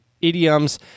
idioms